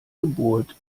geburt